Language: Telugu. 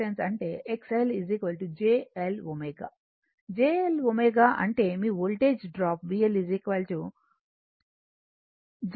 j L ω అంటే మీ voltage drop VL j I L ω అంటే I XL